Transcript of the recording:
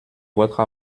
votre